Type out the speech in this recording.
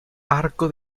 arco